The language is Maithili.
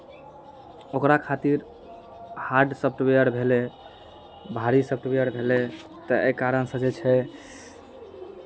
ओकरा खातिर हार्ड सॉफ्टवेयर भेलै भारी सॉफ्टवेयर भेलै तऽ एहि कारणसँ जे छै